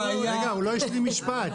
רגע, הוא לא השלים משפט.